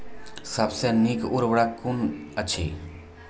सबसे नीक उर्वरक कून अछि?